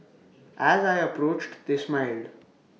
as I approached they smiled